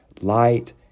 light